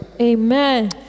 Amen